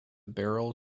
barrel